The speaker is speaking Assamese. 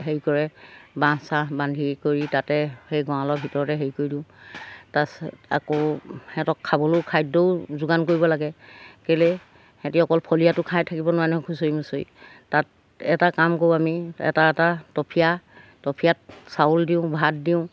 হেৰি কৰে বাঁহ চাহ বান্ধি কৰি তাতে সেই গঁড়ালৰ ভিতৰতে হেৰি কৰি দিওঁ তাৰপাছত আকৌ সিহঁতক খাবলৈও খাদ্যও যোগান কৰিব লাগে কেলৈ সিহঁতে অকল ফলীয়া তুঁহ খাই থাকিব নোৱাৰে খুচৰি মুচৰি তাত এটা কাম কৰোঁ আমি এটা এটা তফিয়া তফিয়াত চাউল দিওঁ ভাত দিওঁ